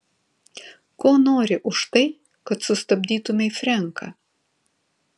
ko nori už tai kad sustabdytumei frenką